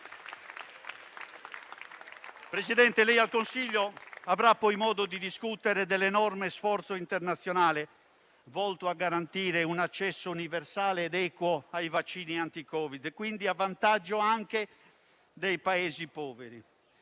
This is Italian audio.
Presidente, lei al Consiglio avrà poi modo di discutere dell'enorme sforzo internazionale volto a garantire un accesso universale ed equo ai vaccini anti-Covid, quindi a vantaggio anche dei Paesi poveri,